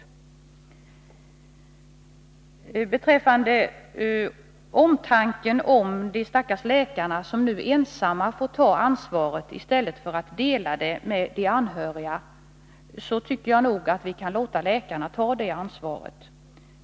Ingegerd Troedsson uttryckte sin omtanke om de stackars läkarna, som nu ensamma får ta ansvaret i stället för att dela det med de anhöriga. Jag tycker nogatt vi kan låta dem ta det ansvaret.